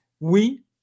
oui